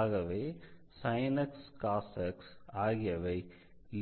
ஆகவே sin x cosx ஆகியவை